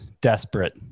desperate